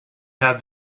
had